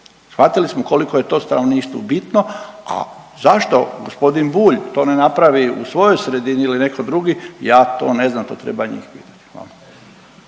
shvatili smo koliko je to stanovništvu bitno. A zašto g. Bulj to ne napravi u svojoj sredini ili neko drugi, ja to ne znam to treba njih pitati.